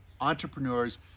entrepreneurs